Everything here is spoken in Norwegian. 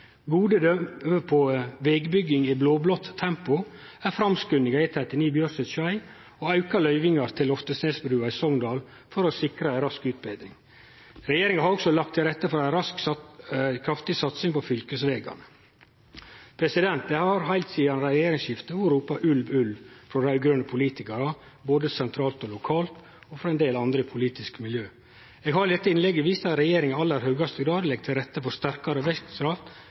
på vegbygging i blå-blått tempo er framskunding av E39 Bjørset–Skei og auka løyvingar til Loftesnesbrua i Sogndal for å sikre ei rask utbetring. Regjeringa har også lagt til rette for ei kraftig satsing på fylkesvegane. Det har heilt sidan regjeringsskiftet vore ropt ulv, ulv frå raud-grøne politikarar, både sentralt og lokalt, og frå ein del andre i det politiske miljøet. Eg har i dette innlegget vist at regjeringa i aller høgaste grad legg til rette for sterkare